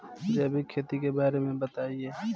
जैविक खेती के बारे में बताइ